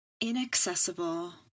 inaccessible